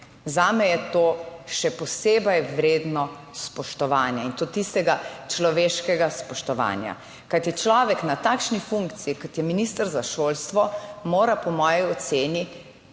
Zame je to še posebej vredno spoštovanja in to tistega človeškega spoštovanja, kajti človek na takšni funkciji kot je minister za šolstvo, mora po moji oceni